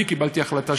אני קיבלתי החלטה,